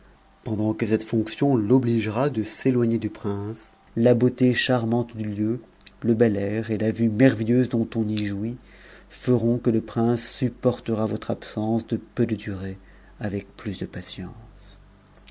pendant que cette fonction l'obligera de s'éloigner du prince la beauté charmante du lieu le bel air et la vue merveilleuse dont on y jouit feront que le prince supportera votre absence de peu de durée avec plus de patience